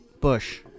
Bush